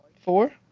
four